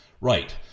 Right